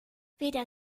weder